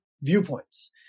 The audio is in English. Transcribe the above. viewpoints